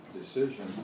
decision